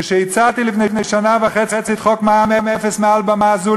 כשהצעתי לפני שנה וחצי את חוק מע"מ אפס מעל במה זו,